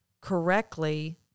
correctly